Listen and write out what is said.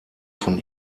von